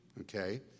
Okay